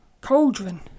cauldron